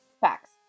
Facts